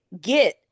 get